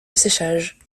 séchage